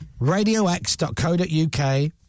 radiox.co.uk